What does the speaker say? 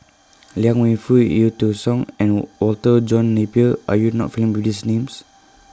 Liang Wenfu EU Tong Sen and Walter John Napier Are YOU not familiar with These Names